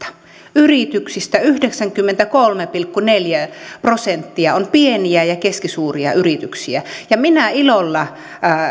yrityksistä yhdeksänkymmentäkolme pilkku neljä prosenttia on pieniä ja ja keskisuuria yrityksiä ja minä ilolla